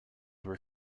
where